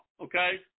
Okay